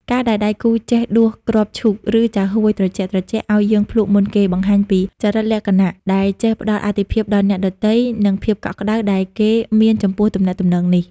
ការដែលដៃគូចេះដួសគ្រាប់ឈូក ឬចាហួយត្រជាក់ៗឱ្យយើងភ្លក់មុនគេ បង្ហាញពីចរិតលក្ខណៈដែលចេះផ្ដល់អាទិភាពដល់អ្នកដទៃ និងភាពកក់ក្ដៅដែលគេមានចំពោះទំនាក់ទំនងមួយនេះ។